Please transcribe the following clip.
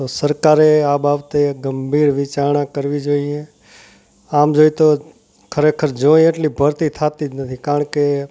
તો સરકારે આ બાબતે ગંભીર વિચારણા કરવી જોઈએ આમ જોઈએ તો ખરેખર જોઈએ એટલી ભરતી થતી જ નથી કારણ કે